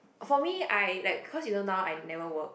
for me I like cause you know now I never work